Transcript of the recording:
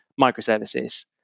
microservices